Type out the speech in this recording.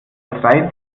drei